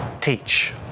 teach